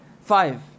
five